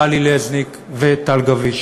טלי לזניק וטל גביש.